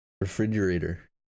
refrigerator